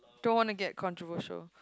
don't wanna get controversial